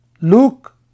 Luke